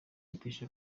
rutesha